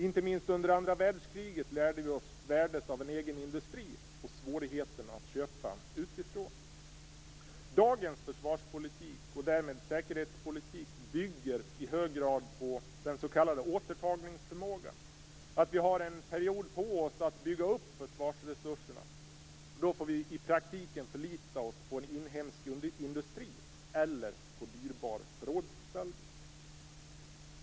Inte minst under andra världskriget lärde vi oss värdet av egen industri och svårigheterna att köpa utifrån. Dagens försvarspolitik och därmed säkerhetspolitik bygger i hög grad på den s.k. återtagningsförmågan, att vi har en period på oss att bygga upp försvarsresurserna. Då får vi i praktiken förlita oss på en inhemsk industri eller på dyrbara förråd.